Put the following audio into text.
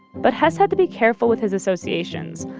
but hess had to be careful with his associations.